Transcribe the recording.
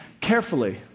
carefully